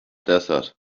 desert